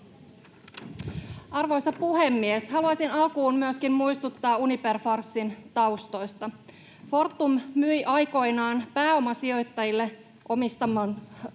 Arvoisa puhemies! Haluaisin alkuun myöskin muistuttaa Uniper-farssin taustoista. Fortum myi aikoinaan pääomasijoittajien omistamalle Carunalle